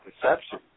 perception